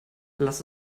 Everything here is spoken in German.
lasst